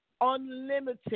unlimited